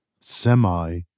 semi